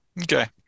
Okay